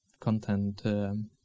content